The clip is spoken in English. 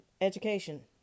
education